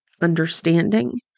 understanding